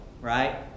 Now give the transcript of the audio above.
right